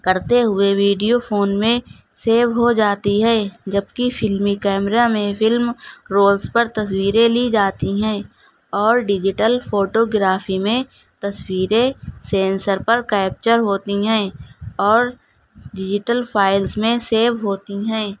کرتے ہوئے video phone میں سیو ہو جاتی ہے جبکہ فلمی کیمرہ میں فلم رولس پر تصویریں لی جاتی ہیں اور ڈیجیٹل فوٹوگرافی میں تصویریں سینسر پر کیپچر ہوتی ہیں اور ڈیجیٹل فائلس میں سیو ہوتی ہیں